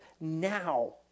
now